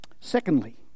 Secondly